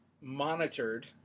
monitored